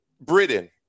Britain